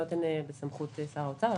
התקנות הן בסמכות שר האוצר,